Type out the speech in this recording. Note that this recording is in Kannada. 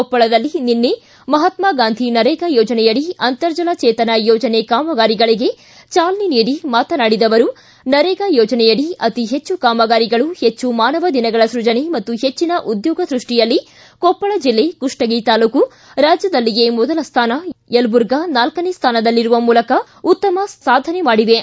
ಕೊಪ್ಪಳದಲ್ಲಿ ನಿನ್ನೆ ಮಹಾತ್ಮ ಗಾಂಧಿ ನರೇಗಾ ಯೋಜನೆಯಡಿ ಅಂತರ್ಜಲ ಜೇತನ ಯೋಜನೆ ಕಾಮಗಾರಿಗಳಿಗೆ ಚಾಲನೆ ನೀಡಿ ಮಾತನಾಡಿದ ಅವರು ನರೇಗಾ ಯೋಜನೆಯಡಿ ಅತಿ ಹೆಚ್ಚು ಕಾಮಗಾರಿಗಳು ಹೆಚ್ಚು ಮಾನವ ದಿನಗಳ ಸೃಜನೆ ಮತ್ತು ಹೆಚ್ಚಿನ ಉದ್ಯೋಗ ಸೃಷ್ಷಿಯಲ್ಲಿ ಕೊಪ್ಪಳ ಜಿಲ್ಲೆಯ ಕುಪ್ಪಗಿ ತಾಲ್ಲೂಕು ರಾಜ್ಯದಲ್ಲಿಯೇ ಮೊದಲ ಸ್ಥಾನ ಯಲಬುರ್ಗಾ ನಾಲ್ಕನೆ ಸ್ಥಾನದಲ್ಲಿರುವ ಮೂಲಕ ಉತ್ತಮ ಸಾಧನೆ ಮಾಡಿವೆ